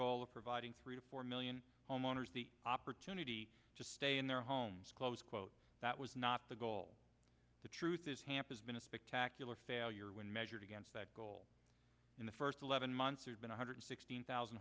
goal of providing three to four million homeowners the opportunity to stay in their homes close quote that was not the goal the truth is hampshire has been a spectacular failure when measured against that goal in the first eleven months has been one hundred sixteen thousand